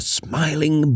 smiling